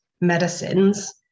medicines